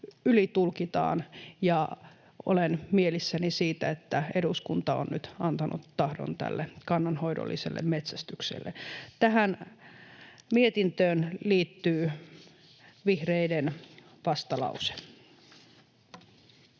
ylitulkitaan, ja olen mielissäni siitä, että eduskunta on nyt antanut tahdon tälle kannanhoidolliselle metsästykselle. Tähän mietintöön liittyy vihreiden vastalause.